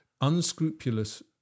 unscrupulous